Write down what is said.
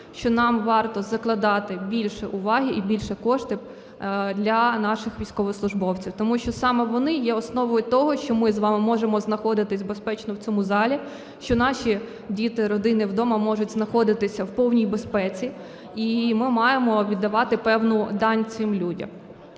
що нам варто закладати більше уваги і більше коштів для наших військовослужбовців. Тому що саме вони є основою того, що ми з вами можемо знаходитися безпечно в цьому залі, що наші діти, родини вдома можуть знаходитися в повній безпеці. І ми маємо віддавати певну дань цим людям.